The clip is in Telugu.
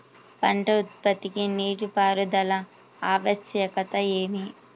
పంట ఉత్పత్తికి నీటిపారుదల ఆవశ్యకత ఏమి?